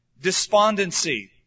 despondency